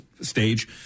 stage